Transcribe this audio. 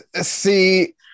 See